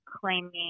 claiming